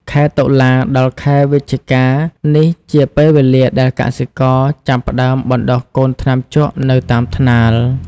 ខែតុលា ដល់ ខែវិច្ឆិកា នេះជាពេលវេលាដែលកសិករចាប់ផ្ដើមបណ្ដុះកូនថ្នាំជក់នៅតាមថ្នាល។